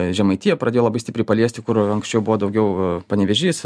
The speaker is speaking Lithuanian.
žemaitija pradėjo labai stipriai paliesti kur anksčiau buvo daugiau e panevėžys